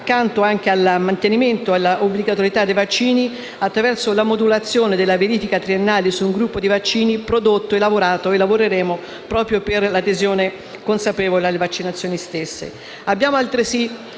contempo accanto all'obbligatorietà dei vaccini, attraverso la modulazione della verifica triennale su un gruppo di vaccini, abbiamo lavorato e lavoreremo ancora per l'adesione consapevole alle vaccinazioni stesse. Abbiamo, altresì,